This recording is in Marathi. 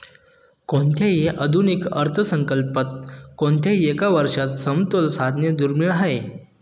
कोणत्याही आधुनिक अर्थसंकल्पात कोणत्याही एका वर्षात समतोल साधणे दुर्मिळ आहे